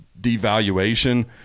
devaluation